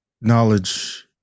knowledge